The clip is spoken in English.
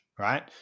Right